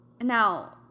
now